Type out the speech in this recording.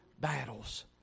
battles